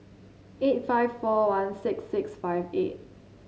eight five four one six six five eight